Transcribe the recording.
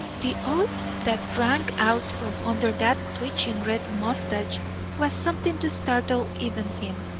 the oath that rang out from under that twitching red moustache was something to startle even him.